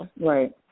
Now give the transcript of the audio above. Right